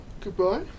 Goodbye